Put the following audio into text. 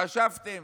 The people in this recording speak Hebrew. חשבתם